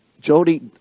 Jody